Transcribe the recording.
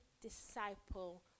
disciple